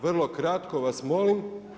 Vrlo kratko vas molim.